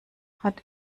hat